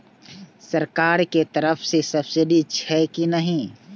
सरकार के तरफ से सब्सीडी छै कि नहिं?